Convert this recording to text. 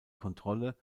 kontrolle